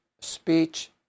speech